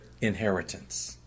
inheritance